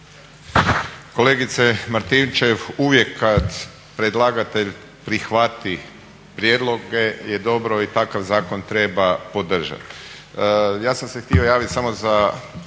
Kolegice Martinčev, uvijek kad predlagatelj prihvati prijedloge je dobro i takav zakon treba podržati.